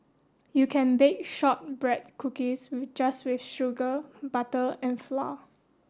you can bake shortbread cookies just with sugar butter and flour